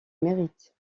mérite